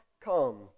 come